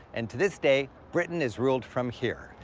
and to this day, britain is ruled from here.